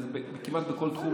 זה כמעט בכל תחום.